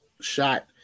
shot